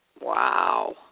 Wow